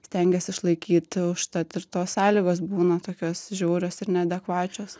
stengias išlaikyt užtat ir tos sąlygos būna tokios žiaurios ir neadekvačios